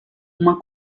uma